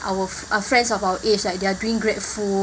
our our friends of our age like they're doing GrabFood